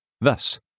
Thus